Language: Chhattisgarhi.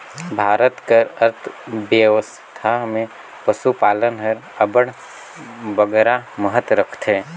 भारत कर अर्थबेवस्था में पसुपालन हर अब्बड़ बगरा महत रखथे